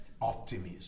optimism